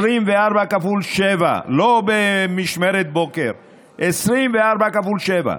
24/7, לא במשמרת בוקר, 24/7,